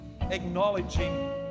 acknowledging